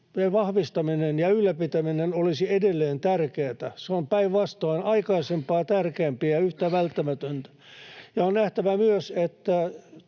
vahvistaminen ja ylläpitäminen olisi edelleen tärkeätä. Se on, päinvastoin, aikaisempaa tärkeämpi ja yhtä välttämätöntä. Ja on nähtävä myös, että